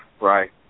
right